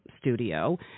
studio